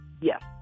yes